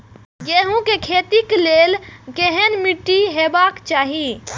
गेहूं के खेतीक लेल केहन मीट्टी हेबाक चाही?